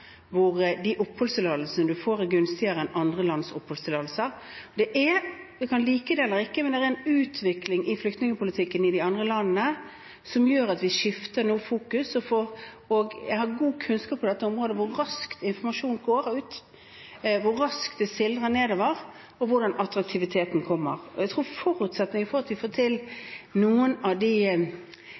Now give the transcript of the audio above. hvor oppholdstillatelsene her er gunstigere enn andre lands oppholdstillatelser. Vi kan like det eller ikke, men det er en utvikling i flyktningpolitikken i de andre landene som gjør at vi nå skifter fokus, og jeg har god kunnskap på dette området om hvor raskt informasjonen går ut, hvor raskt det sildrer nedover, og hvordan attraktiviteten kommer. Jeg tror at forutsetningen for å få til det fellesskapet som vi trenger i disse løsningene, er at vi